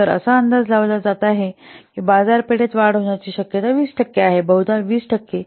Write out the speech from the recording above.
तर असा अंदाज लावला जात आहे की बाजारपेठेत वाढ होण्याची शक्यता 20 टक्के आहे बहुदा 20 टक्के